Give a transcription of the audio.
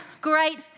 great